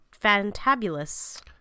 fantabulous